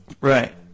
Right